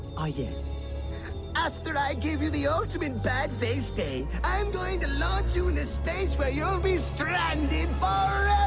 i guess after i give you the ultimate bad base day, i'm going to load you in a space where you'll be stranded